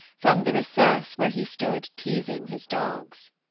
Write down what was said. from the recess where he stood teasing his dogs.